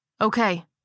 Okay